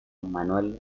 manuel